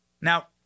Now